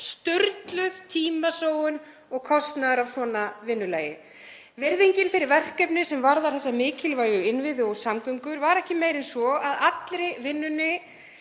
sturluð tímasóun og kostnaður af svona vinnulagi. Virðingin fyrir verkefni sem varðar þessa mikilvægu innviði og samgöngur var ekki meiri en svo að allri vinnunni